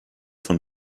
von